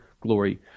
glory